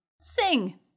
sing